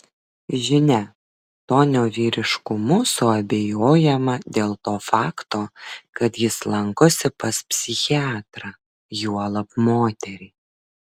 žinia tonio vyriškumu suabejojama dėl to fakto kad jis lankosi pas psichiatrą juolab moterį